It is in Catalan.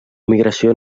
migració